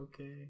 okay